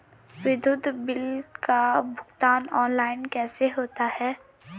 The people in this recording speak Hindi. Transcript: विद्युत बिल का भुगतान ऑनलाइन कैसे होता है?